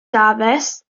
dafis